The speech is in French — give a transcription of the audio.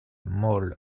mole